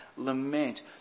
lament